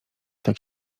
tak